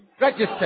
registered